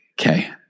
Okay